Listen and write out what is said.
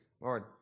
Lord